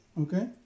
okay